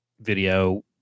video